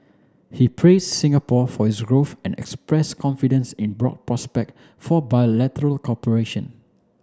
he praised Singapore for its growth and express confidence in broad prospect for bilateral cooperation